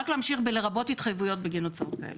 להמשיך בלרבות התחייבויות בגין הוצאות כאלה.